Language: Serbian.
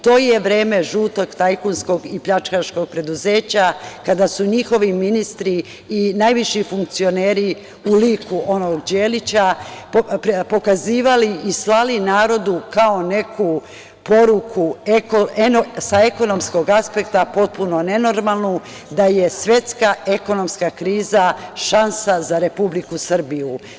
To je vreme žutog tajkunskog i pljačkaškog preduzeća kada su njihovi ministri i najviši funkcioneri u liku onog Đelića, pokazivali i slali narodu kao neku poruku sa ekonomskog aspekta, potpuno nenormalnu, da je svetska ekonomska kriza šansa za Republiku Srbiju.